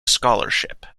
scholarship